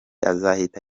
azahita